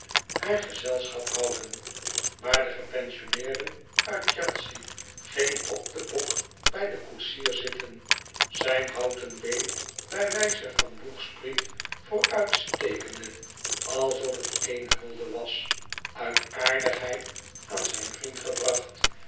haar gezelschap houden maar de gepensioneerde uit c h e s e a ging op den bok bij den koetsier zitten zijn houten been bij wijze van een boegspriet vooruitstekende alsof t eene hulde was uit aardigheid aan zijn vriend gebracht